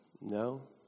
No